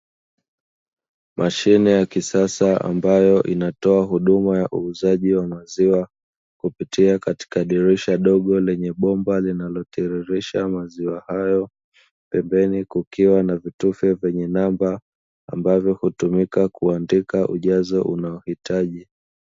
Mashine ya kisasa ambayo inatoa huduma ya uuzaji wa maziwa kupitia katika dirisha dogo lenye bomba linalotiririsha maziwa hayo, pembeni kukiwa na vitufe vyenye namba ambavyo hutumika kuandika ujazo unaohitaji.